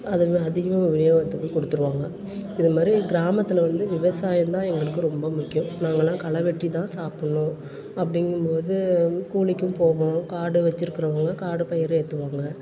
அதை இன்னும் அதிகமாக விநியோகத்துக்கு கொடுத்துருவாங்க இதுமாதிரி கிராமத்தில் வந்து விவசாயந்தான் எங்களுக்கு ரொம்ப முக்கியம் நாங்களாம் களை வெட்டி தான் சாப்புடணும் அப்படிங்கும்போது கூலிக்கும் போவோம் காடு வச்சிருக்கறவுங்க காடு பயிர் ஏற்றுவாங்க